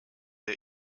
der